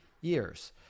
years